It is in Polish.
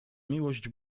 miłość